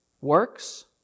works